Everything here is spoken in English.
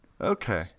Okay